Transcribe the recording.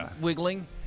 wiggling